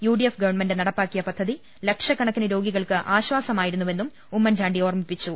UDF government നടപ്പാ ക്കിയ പദ്ധതി ലക്ഷക്കണക്കിന് രോഗികൾക്ക് ആശ്വാസമായി രുന്നുവെന്നും ഉമ്മൻചാണ്ടി ഓർമിപ്പിച്ചു